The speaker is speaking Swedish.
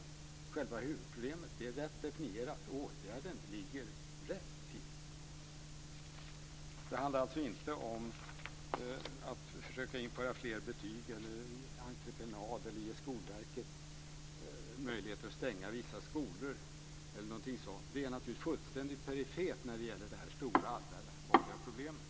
Det är rätt definierat, och åtgärden ligger rätt till. Det handlar inte om att införa fler betyg, entreprenad eller att ge Skolverket möjlighet att stänga vissa skolor. Det är naturligtvis perifert när det gäller det stora allvarliga problemet.